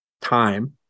time